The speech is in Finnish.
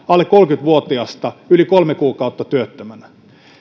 alle kolmekymmentä vuotiasta yli kolme kuukautta työttömänä